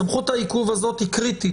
סמכות העיכוב הזאת היא קריטית,